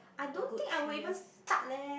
I don't think I would even start leh